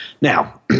Now